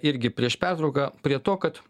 irgi prieš pertrauką prie to kad